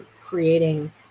creating